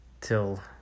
Till